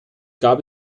gab